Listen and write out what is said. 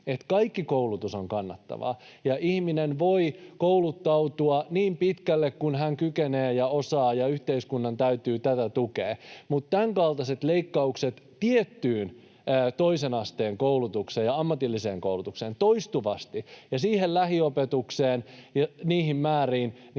kaikki koulutus on kannattavaa ja ihminen voi kouluttautua niin pitkälle kuin hän kykenee ja osaa, ja yhteiskunnan täytyy tätä tukea. Tämänkaltaiset toistuvat leikkaukset tiettyyn toisen asteen koulutukseen ja ammatilliseen koulutukseen ja siihen lähiopetukseen ja niihin määriin